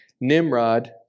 Nimrod